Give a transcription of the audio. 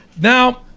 Now